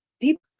people